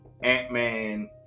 Ant-Man